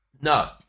no